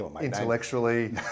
intellectually